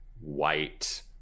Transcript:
white